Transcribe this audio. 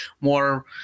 more